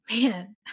man